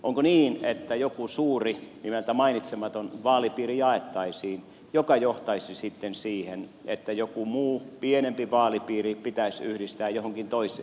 onko niin että joku suuri nimeltä mainitsematon vaalipiiri jaettaisiin mikä johtaisi sitten siihen että joku muu pienempi vaalipiiri pitäisi yhdistää johonkin toiseen